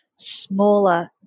smaller